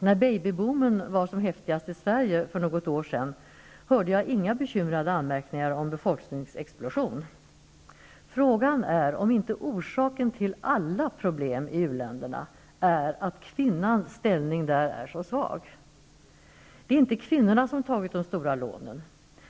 När baby-boomen var som häftigast i Sverige för något år sedan, hörde jag inga bekymrade anmärkningar om befolkningsexplosion. Frågan är om inte orsaken till alla problem i uländerna är att kvinnans ställning där är så svag. Det är inte kvinnorna som tagit de stora lånen.